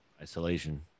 Isolation